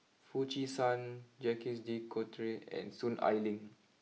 Foo Chee San Jacques De Coutre and Soon Ai Ling